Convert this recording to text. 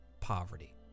poverty